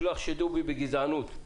שלא יחשדו בי בגזענות,